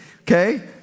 okay